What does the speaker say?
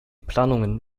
planungen